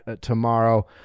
tomorrow